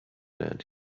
land